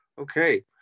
okay